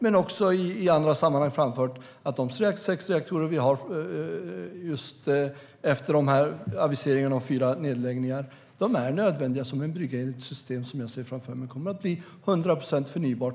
Men också i andra sammanhang har jag framfört att de sex reaktorer vi har, efter aviseringen om fyra nedläggningar, är nödvändiga som en brygga i ett system som jag ser framför mig på sikt kommer att bli 100 procent förnybart.